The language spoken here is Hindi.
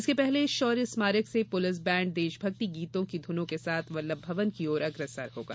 इसके पहले शौर्य स्मारक से पुलिस बैण्ड देशभक्ति गीतों की धुनों के साथ वल्लभ भवन की ओर अग्रसर होगा